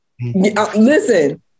listen